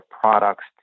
products